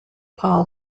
paul